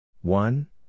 one